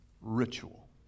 ritual